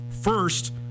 first